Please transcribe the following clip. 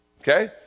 okay